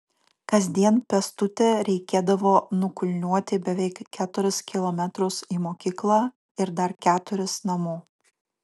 kasdien pėstute reikėdavo nukulniuoti beveik keturis kilometrus į mokyklą ir dar keturis namo